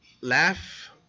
laugh